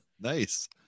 Nice